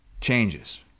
changes